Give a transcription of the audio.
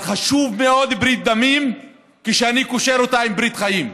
אבל ברית דמים חשובה מאוד כשאני קושר אותה עם ברית חיים,